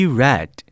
red